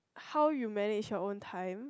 how you manage your own time